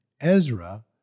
Ezra